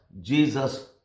Jesus